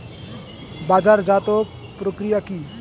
বাজারজাতও প্রক্রিয়া কি?